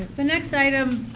the next item,